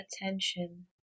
attention